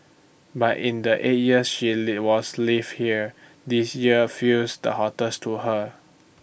but in the eight years she live was live here this year feels the hottest to her